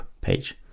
page